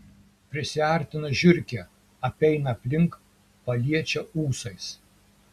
prisiartina žiurkė apeina aplink paliečia ūsais